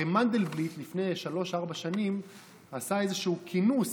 הרי לפני שלוש-ארבע שנים מנדלבליט עשה איזשהו כינוס,